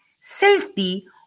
safety